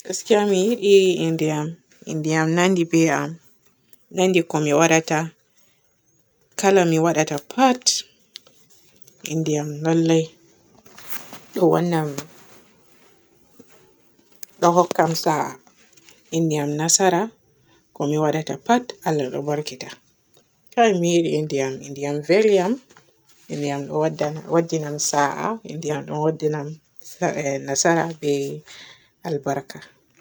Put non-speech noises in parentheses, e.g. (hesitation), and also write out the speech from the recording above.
Gaskiya mi yiɗi innde am. Innde am nandi be am, nandi ko mi waadata. Kala mi waadata pat innde am lallay ɗo wannam (hesitation) ɗon hokka am sa'a. Innde am nasara, ko mi waadata pat Allah ɗo barkita. Kai mi yiɗi innde am, innde am veli am, innde am ɗo waddana am waddinam sa'a, innde am ɗo waddinam se-nasara be albarka.